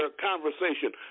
conversation